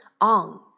On